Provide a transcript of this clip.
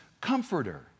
comforter